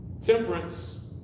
temperance